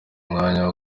umwanya